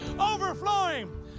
overflowing